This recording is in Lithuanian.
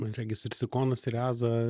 man regis ir sikonas ir eaza